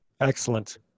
Excellent